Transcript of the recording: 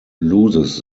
loses